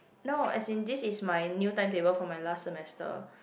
no as in this is my new timetable for my last semester